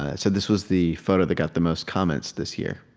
ah said this was the photo that got the most comments this year.